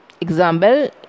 Example